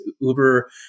Uber